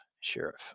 Sheriff